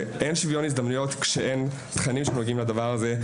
אין שוויון הזדמנויות כשאין תכנים שנוגעים לדבר הזה;